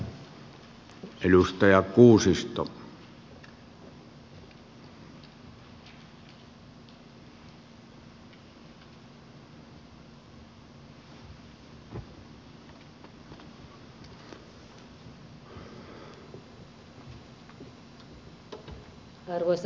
arvoisa puhemies